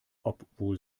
obwohl